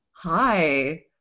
Hi